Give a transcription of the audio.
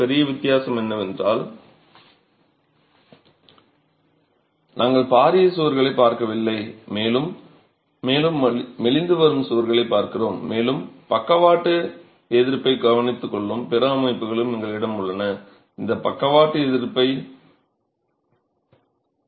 பெரிய வித்தியாசம் என்னவென்றால் நாங்கள் பாரிய சுவர்களைப் பார்க்கவில்லை மேலும் மேலும் மெலிந்து வரும் சுவர்களைப் பார்க்கிறோம் மேலும் பக்கவாட்டு எதிர்ப்பைக் கவனித்துக்கொள்ளும் பிற அமைப்புகளும் எங்களிடம் உள்ளன இந்த பக்கவாட்டு எதிர்ப்பை கட்டிடம் வழங்க வேண்டும்